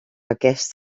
aquest